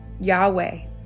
Yahweh